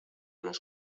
nos